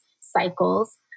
cycles